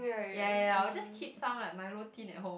ya ya ya I'll just keep some like milo tin at home